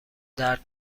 درد